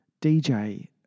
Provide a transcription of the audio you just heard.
dj